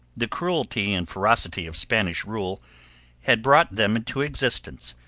the cruelty and ferocity of spanish rule had brought them into existence,